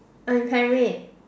inherent